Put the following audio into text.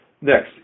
Next